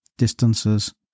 distances